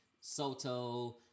Soto